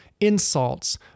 insults